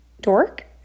dork